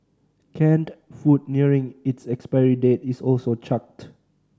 canned food nearing its expiry date is also chucked